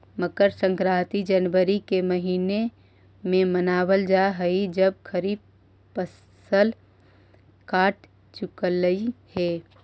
मकर संक्रांति जनवरी के महीने में मनावल जा हई जब खरीफ फसल कट चुकलई हे